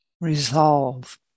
resolve